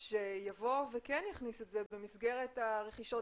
שיבוא וכן יכניס את זה במסגרת הרכישות,